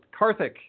Karthik